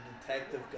detective